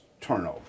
turnover